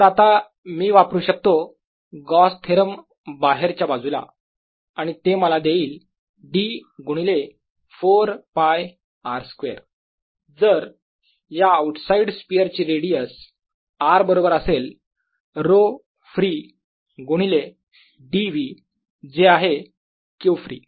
तर आता मी वापरू शकतो गॉस थेरम बाहेरच्या बाजूला आणि ते मला देईल D गुणिले 4π r स्क्वेअर जर या आऊटसाईड स्पियर ची रेडियस r बरोबर असेल ρfree गुणिले dv जे आहे Qfree